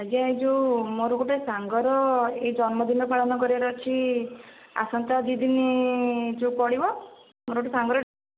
ଆଜ୍ଞା ଏ ଯେଉଁ ମୋର ଗୋଟିଏ ସାଙ୍ଗର ଏହି ଜନ୍ମଦିନ ପାଳନ କରିବାର ଅଛି ଆସନ୍ତା ଦୁଇଦିନ ଯେଉଁ ପଡ଼ିବ ମୋର ଗୋଟିଏ ସାଙ୍ଗର